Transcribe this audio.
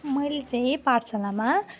मैले चाहिँ पाठशालामा